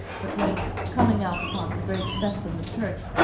but when, coming out upon the great steps of the church,